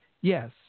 Yes